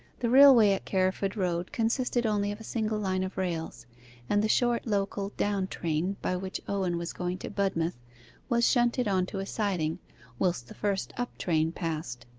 the railway at carriford road consisted only of a single line of rails and the short local down-train by which owen was going to budmouth was shunted on to a siding whilst the first up-train passed.